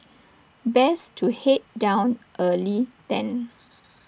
best to Head down early then